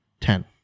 ten